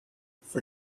for